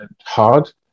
hard